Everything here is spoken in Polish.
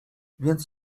więc